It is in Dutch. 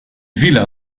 villa